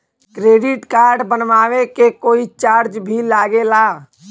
Credit card बनवावे के कोई चार्ज भी लागेला?